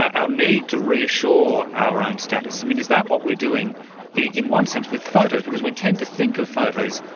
our need to reassure our own status? and is that what we're doing in one sense with photos? because we tend to think of photos,